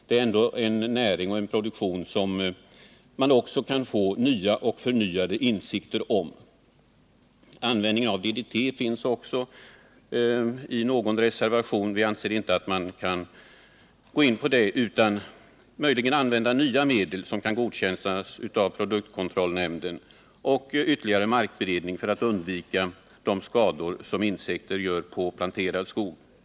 Det är ändå en näring och en produktion som man kan få nya och förnyade insikter om. Användningen av DDT finns också nämnd i någon reservation. Vi anser inte att man kan gå in på bruk av det, utan möjligen kan man använda nya medel som kan godkännas av produktkontrollnämnden och dessutom kan man tillgripa ytterligare markberedning för att undvika de skador som insekter gör på planterad skog. Herr talman!